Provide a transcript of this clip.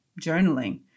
journaling